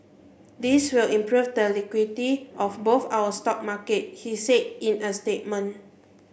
this will improve the liquidity of both our stock markets he said in a statement